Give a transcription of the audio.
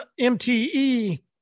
MTE